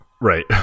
right